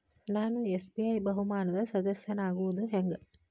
ನಾನು ಎಸ್.ಬಿ.ಐ ಬಹುಮಾನದ್ ಸದಸ್ಯನಾಗೋದ್ ಹೆಂಗ?